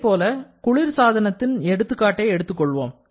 அதைப்போல குளிர் சாதனத்தின் எடுத்துக்காட்டை எடுத்துக்கொள்வோம்